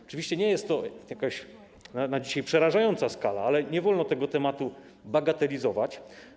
Oczywiście nie jest to na dzisiaj przerażająca skala, ale nie wolno tego tematu bagatelizować.